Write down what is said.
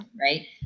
Right